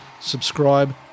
Subscribe